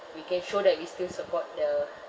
we can show that we still support the